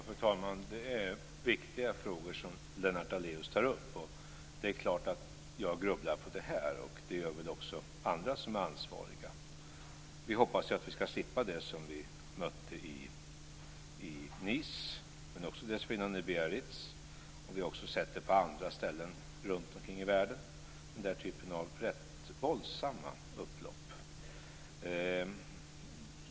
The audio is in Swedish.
Fru talman! Det är viktiga frågor som Lennart Daléus tar upp. Det är klart att jag grubblar på det här och det gör väl också de andra som är ansvariga. Vi hoppas att vi ska slippa det som vi mötte i Nice och dessförinnan i Biarritz och som vi har sett på andra ställen runtomkring i världen - en typ av rätt våldsamma upplopp.